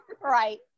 right